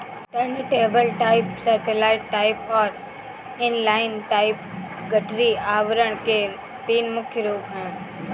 turntable type, satellite type और inline type गठरी आवरण के तीन मुख्य रूप है